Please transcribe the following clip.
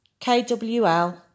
KWL